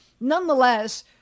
nonetheless